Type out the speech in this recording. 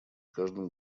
каждом